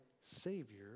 Savior